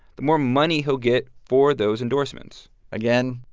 the more money he'll get for those endorsements again,